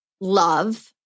love